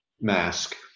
mask